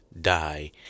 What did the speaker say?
die